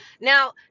Now